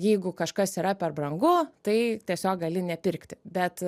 jeigu kažkas yra per brangu tai tiesiog gali nepirkti bet